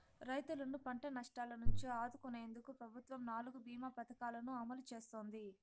రైతులను పంట నష్టాల నుంచి ఆదుకునేందుకు ప్రభుత్వం నాలుగు భీమ పథకాలను అమలు చేస్తోంది